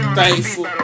thankful